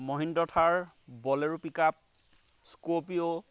Mahindra Thar bolero pickup scorpio